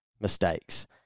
mistakes